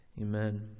amen